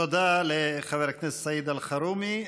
תודה לחבר הכנסת סעיד אלחרומי.